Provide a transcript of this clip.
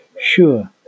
Sure